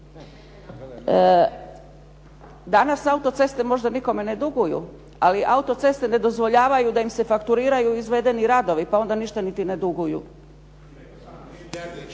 Danas autoceste možda nikome ne duguju, ali autoceste ne dozvoljavaju da im se fakturiraju izvedeni radovi, pa onda ništa niti ne duguju.